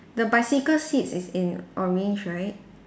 the bicycle seats is in orange right